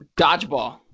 Dodgeball